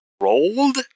rolled